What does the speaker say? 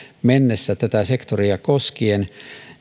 mennessä tätä sektoria koskien